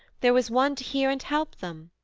there was one to hear and help them?